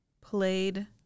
played –